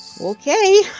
Okay